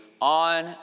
on